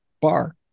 bar